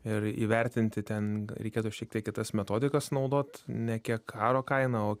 ir įvertinti ten reikėtų šiek tiek kitas metodikas naudot ne kiek aro kaina o